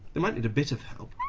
they might need a bit of help.